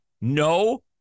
No